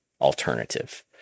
alternative